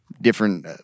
different